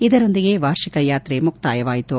ಇದರೊಂದಿಗೆ ವಾರ್ಷಿಕ ಯಾತ್ರೆ ಮುಕ್ತಾಯವಾಯಿತು